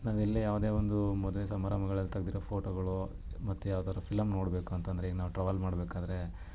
ನಾವು ಎಲ್ಲೇ ಯಾವುದೇ ಒಂದು ಮದುವೆ ಸಮಾರಂಭಗಳಲ್ಲಿ ತೆಗೆದಿರೊ ಫೋಟೋಗಳು ಮತ್ತು ಯಾವ್ದಾದ್ರು ಫಿಲಮ್ ನೋಡಬೇಕು ಅಂತಂದರೆ ಈಗ ನಾವು ಟ್ರಾವೆಲ್ ಮಾಡಬೇಕಾದ್ರೆ